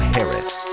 Harris